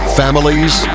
families